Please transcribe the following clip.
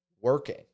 working